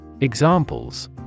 Examples